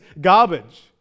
garbage